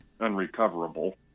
unrecoverable